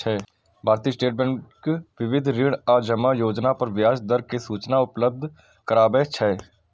भारतीय state bank विविध ऋण आ जमा योजना पर ब्याज दर के सूचना उपलब्ध कराबै छै